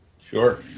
Sure